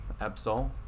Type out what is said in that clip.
Absol